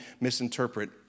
misinterpret